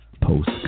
Post